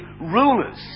rulers